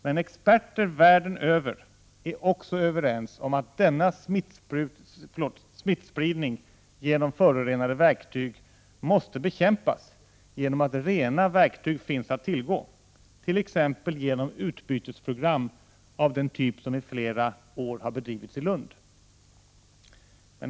Men experter världen över är också överens om att denna smittspridning genom förorenade verktyg måste bekämpas genom att rena verktyg finns att tillgå, t.ex. genom utbytesprogram av den typ som i flera år har bedrivits i Lund.